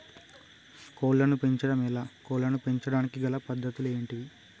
కోళ్లను పెంచడం ఎలా, కోళ్లను పెంచడానికి గల పద్ధతులు ఏంటివి?